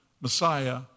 Messiah